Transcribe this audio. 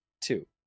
Two